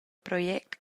project